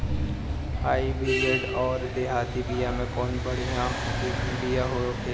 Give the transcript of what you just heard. Hybrid अउर देहाती बिया मे कउन बढ़िया बिया होखेला?